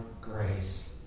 grace